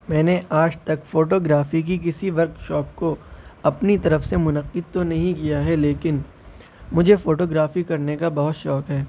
میں نے آج تک فوٹو گرافی کی کسی ورک شاپ کو اپنی طرف سے منعقد تو نہیں کیا ہے لیکن مجھے فوٹو گرافی کرنے کا بہت شوق ہے